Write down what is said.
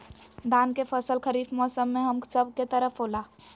धान के फसल खरीफ मौसम में हम सब के तरफ होला